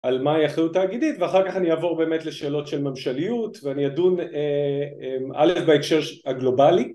על מה היא אחריות תאגידית, ואחר כך אני אעבור באמת לשאלות של ממשליות ואני אדון א' בהקשר הגלובלי